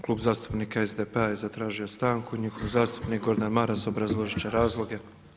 Klub zastupnik SDP-a je zatražio stanku i njihov zastupnik Gordan Maras obrazložit će razloge.